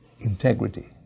Integrity